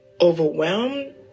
overwhelmed